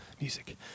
music